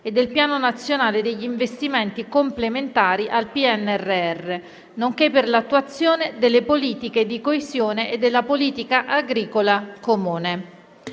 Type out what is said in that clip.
e del Piano nazionale degli investimenti complementari al PNRR (PNC), nonché per l'attuazione delle politiche di coesione e della politica agricola comune